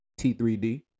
T3D